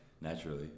naturally